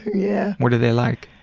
yeah. what are they like?